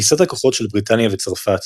אפיסת הכוחות של בריטניה וצרפת,